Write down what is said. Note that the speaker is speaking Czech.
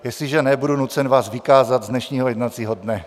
Jestliže ne, budu nucen vás vykázat z dnešního jednacího dne.